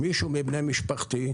מישהו מבני משפחתי,